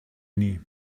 nie